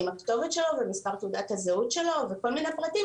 עם הכתובת שלו ומספר הזהות שלו וכל מיני פרטים